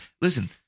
listen